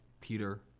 Peter